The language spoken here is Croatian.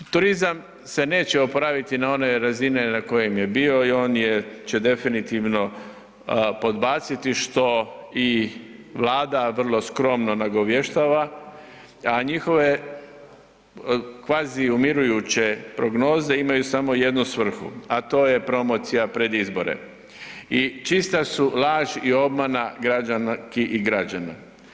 Turizam se neće oporaviti na ove razine na kojim je bio i on će definitivno podbaciti što i Vlada vrlo skromno nagovještava a njihove kvazi umirujuće prognoze imaju samo jednu svrhu a to je promocija pred izbore i čista su žal i obmana građanki i građana.